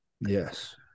Yes